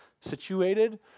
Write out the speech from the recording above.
situated